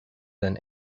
than